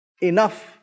Enough